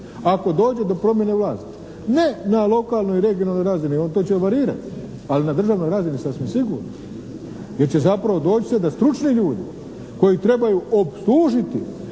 ako dođe do promjene vlasti. Ne na lokalnoj i regionalnoj razini, to će varirati, ali na državnoj razini sasvim sigurno, jer će zapravo doći će stručni ljudi koji trebaju obslužiti